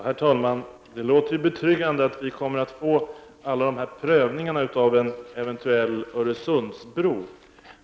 Herr talman! Det låter betryggande att vi kommer att få alla dessa prövningar av en eventuell Öresundsbro.